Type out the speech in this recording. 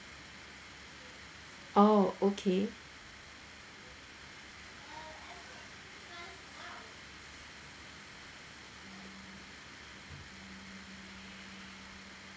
oh okay